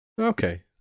okay